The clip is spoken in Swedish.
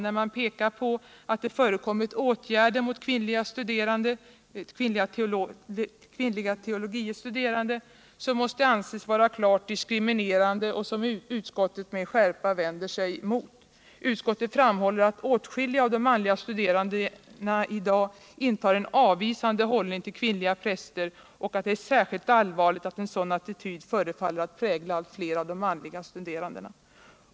när man påpekar att det förekommit åtgärder mot kvinnliga teologie studerande som måste anses vara klart diskriminerande och som utskottet med skärpa vänder sig mot. Utskottet framhåller att åtskilliga av de manliga studerandena i dag intar en avvisande hållning till kvinnliga präster och att det är särskilt allvarligt att en sådan attityd förefaller att prägla allt fler av de manliga studerandena.